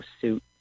suit